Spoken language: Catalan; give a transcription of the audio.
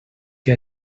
que